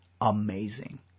Amazing